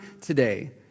today